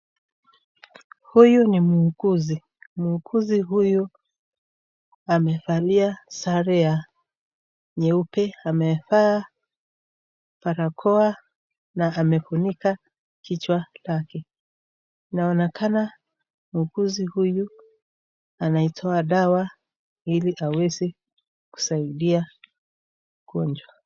Huyu ni muuguzi. Muuguzi huyu amevalia sare ya nyeupe, amevaa barakoa na amefunika kichwa lake. Inaonekana muuguzi huyu anaitoa dawa ili aweze kusaidia mgonjwa.